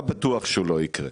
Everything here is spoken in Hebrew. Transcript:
מה בטוח לא יקרה?